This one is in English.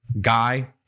guy